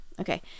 Okay